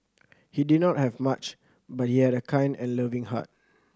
he did not have much but he had a kind and loving heart